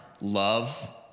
love